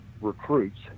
recruits